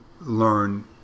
learn